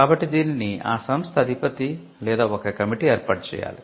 కాబట్టి దీనిని ఆ సంస్థ అధిపతి లేదా ఒక కమిటీ ఏర్పాటు చేయాలి